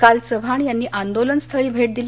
काल चव्हाण यांनी आंदोलनस्थळी भेट दिली